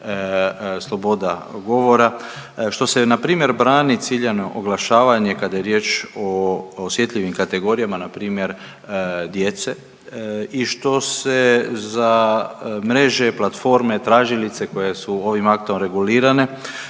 sloboda govora, što se npr. brani ciljano oglašavanje kada je riječ o osjetljivim kategorijama npr. djece i što se za mreže, platforme, tražilice koje su ovim aktom regulirane